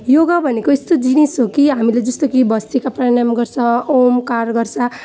योगा भनेको यस्तो जिनिस हो कि हामीले जस्तो कि भस्त्रिका प्राणायाम गर्छ ओमकार गर्छ